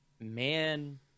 man